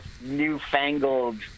newfangled